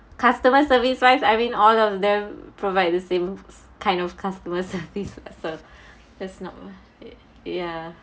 customer service wise I mean all of them provide the same kind of customer service also that's not ya